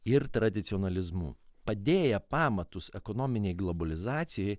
ir tradicionalizmu padėję pamatus ekonominei globalizacijai